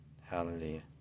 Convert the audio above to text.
hallelujah